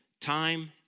Time